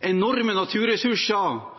enorme naturressurser